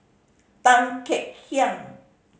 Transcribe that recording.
Tan Kek Hiang